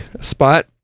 spot